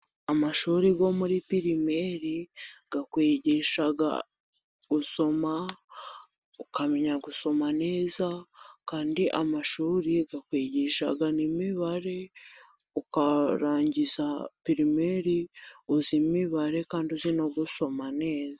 Amashuri yo muri pirimeri akwigisha gusoma ukamenya gusoma neza kandi amashuri akwigisha n'imibare ukarangiza pirimeri uzi imibare kandi uzi no gusoma neza.